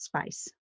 space